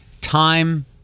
Time